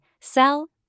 sell